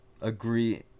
agree